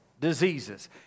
diseases